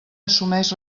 assumeix